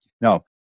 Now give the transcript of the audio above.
Now